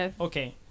Okay